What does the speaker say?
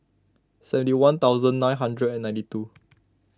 seventy one thousand nine hundred and ninety two